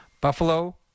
Buffalo